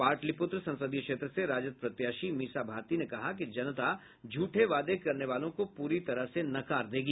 पाटलिपुत्र संसदीय क्षेत्र से राजद प्रत्याशी मीसा भारती ने कहा कि जनता झूठे वादे करने वालों को पूरी तरह से नाकार देगी